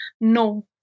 No